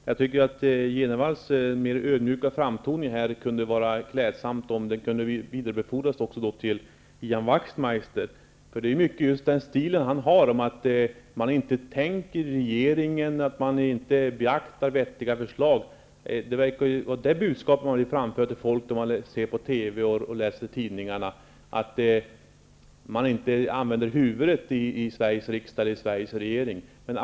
Herr talman! Det vore klädsamt om Jenevalls mer ökmjuka framtoning här kunde vidarebefordras till Ian Wachtmeister. Han har ju den stilen att han säger att man inte tänker i regeringen, inte beaktar vettiga förslag, att man inte använder huvudet i Sveriges riksdag. När man ser på TV och läser tidningar får man uppfattningen att det är det budskapet han vill framföra till folk.